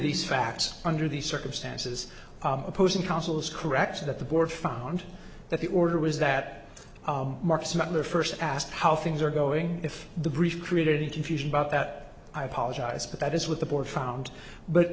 these facts under these circumstances opposing counsel is correct that the board found that the order was that mark smuggler first asked how things are going if the breach created confusion about that i apologize but that is what the board found but